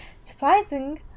Surprising